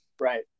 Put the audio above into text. right